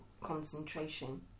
concentration